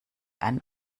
einen